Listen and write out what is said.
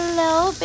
Hello